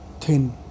thin